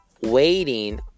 waiting